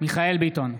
מיכאל מרדכי ביטון,